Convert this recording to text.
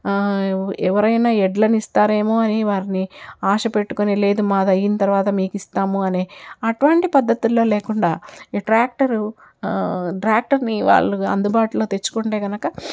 ఎవరైనా ఎడ్లని ఇస్తారేమోనని వారిని ఆశపెట్టుకొని లేదు మాది అయిన తరువాత మీకు ఇస్తాము అనే అటువంటి పద్ధతుల్లో లేకుండా ట్రాక్టరు ట్రాక్టర్ని వాళ్ళు అందుబాటులో తెచ్చుకుంటే కనుక